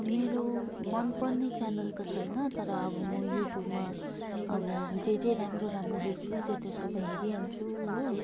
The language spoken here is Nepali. मेरो मन पर्ने च्यानल त छैन तर अब म युट्युबमा अब जे जे राम्रो राम्रो देख्छु त्यो त्यो सबै हेरिहाल्छु हो